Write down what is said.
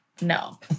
no